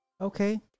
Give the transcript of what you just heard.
Okay